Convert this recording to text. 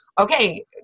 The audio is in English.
okay